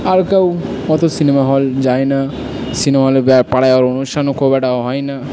আর কেউ অত cinema hall যায় না সিনেমা হলে পাড়ায় আর অনুষ্ঠানও খুব একটা হয় না